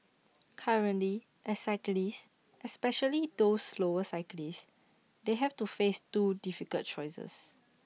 currently as cyclists especially those slower cyclists they have to face two difficult choices